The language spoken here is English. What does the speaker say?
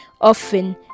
often